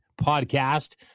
podcast